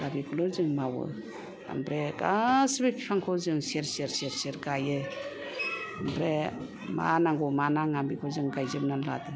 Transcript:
दा बिखौनो जों मावो ओमफ्राय गासैबो बिफांखौ जों सेर सेर सेर सेर गायो ओमफ्राय मा नांगौ मा नाङा बिखौ जों गायजोबना लादों